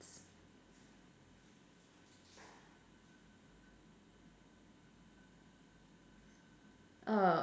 uh